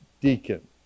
deacon